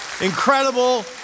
Incredible